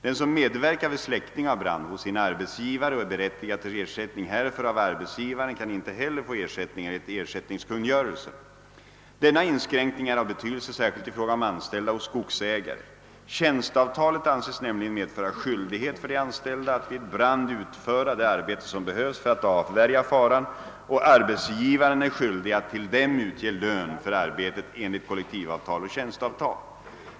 Den som medverkat vid släckning av brand hos sin arbetsgivare och är berättigad till ersättning härför av arbetsgivaren kan inte heller få ersättning enligt ersättningskungörelsen. Denna inskränkning är av betydelse särskilt i fråga 'om anställda Hos skogsägare. Tjänsteavtälet anses nämligen medföra skyldighet för de anställda att vid brand utföra det arbete som behövs för att avvärja faran, och arbetsgivaren är skyldig att till dem utge lön för arbetet enligt kollektivavtal och tjänsteavtal.